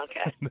Okay